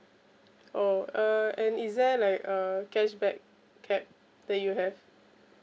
oh uh and is there like uh cashback cap that you have